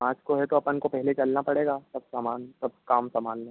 पाँच को है तो अपन को पहले चलना पड़ेगा सब समान सब काम संभालने